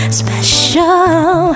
special